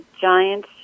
giant